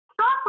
Stop